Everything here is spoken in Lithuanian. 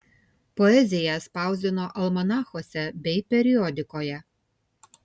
poeziją spausdino almanachuose bei periodikoje